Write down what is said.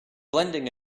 blending